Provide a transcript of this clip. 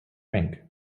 rank